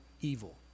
evil